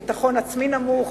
ביטחון עצמי נמוך,